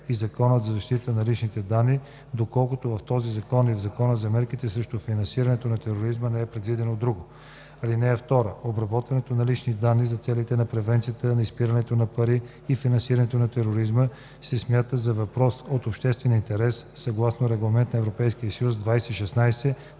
и Законът за защита на личните данни, доколкото в този закон и в Закона за мерките срещу финансирането на тероризма не е предвидено друго. (2) Обработването на лични данни за целите на превенцията на изпирането на пари и финансирането на тероризма се смята за въпрос от обществен интерес съгласно Регламент (ЕС) 2016/679